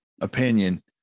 opinion